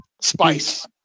spice